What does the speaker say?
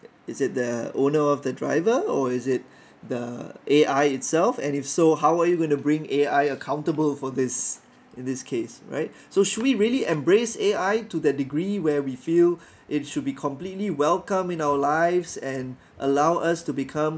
is it the owner of the driver or is it the A_I itself and if so how are you going to bring A_I accountable for this in this case right so should we really embrace A_I to that degree where we feel it should be completely welcomed in our lives and allow us to become